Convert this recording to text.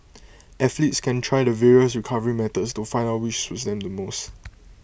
athletes can try the various recovery methods to find out which suits them the most